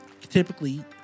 typically